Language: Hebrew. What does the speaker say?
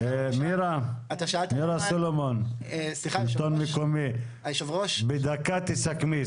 מירה סלומון, שלטון מקומי, בדקה תסכמי.